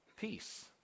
peace